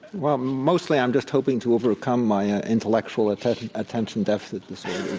well, mostly, i'm just hoping to overcome my intellectual attention attention deficit disorder.